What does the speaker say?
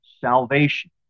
salvation